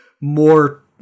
more